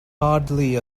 hardly